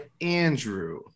Andrew